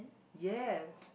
yes